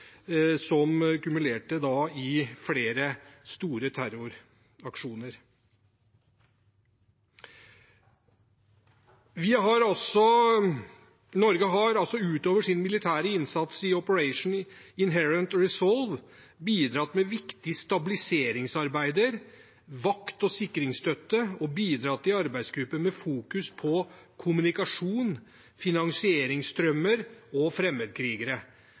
som kulminerte i flere store terroraksjoner. Norge har altså, utover sin militære innsats i Operation Inherent Resolve, bidratt med viktige stabiliseringsarbeid, vakt og sikringsstøtte og bidratt til arbeidsgrupper med fokus på kommunikasjon, finansieringsstrømmer og fremmedkrigere.